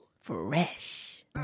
fresh